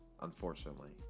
unfortunately